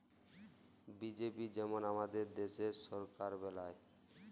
BJP যেমল আমাদের দ্যাশের সরকার বেলায়